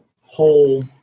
whole